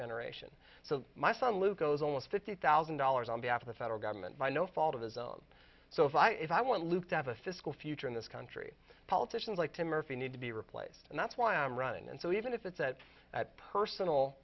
generation so my son luke owes almost fifty thousand dollars on behalf of the federal government by no fault of his own so if i if i want luke to have a fiscal future in this country politicians like tim murphy need to be replaced and that's why i'm running and so even if it's at that personal